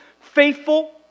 faithful